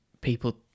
people